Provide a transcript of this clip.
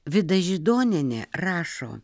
vida židonienė rašo